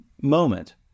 moment